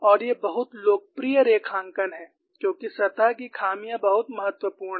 और ये बहुत लोकप्रिय रेखांकन हैं क्योंकि सतह की खामियां बहुत महत्वपूर्ण हैं